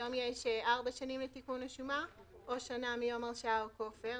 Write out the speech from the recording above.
היום יש ארבע שנים לתיקון השומה או שנה מיום הרשעה או כופר.